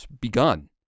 begun